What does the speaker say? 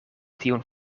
tiun